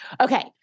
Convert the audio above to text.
Okay